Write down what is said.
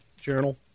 journal